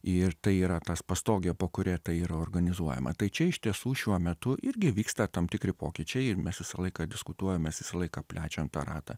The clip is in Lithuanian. ir tai yra tas pastogė po kuria tai yra organizuojama tai čia iš tiesų šiuo metu irgi vyksta tam tikri pokyčiai ir mes visą laiką diskutuojam mes visą laiką plečiam tą ratą